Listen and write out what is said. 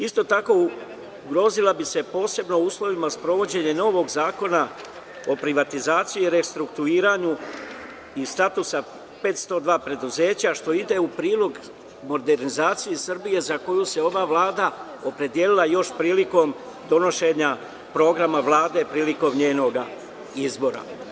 Isto tako, ugrozio bi se, posebno u uslovima sprovođenja novog Zakona o privatizaciji i restrukturiranju, i status 502 preduzeća, što ide u prilog modernizaciji Srbije, za koju se ova Vlada opredelila još prilikom donošenja programa Vlade i prilikom njenog izbora.